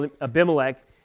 Abimelech